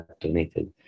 donated